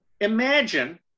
Imagine